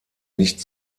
nicht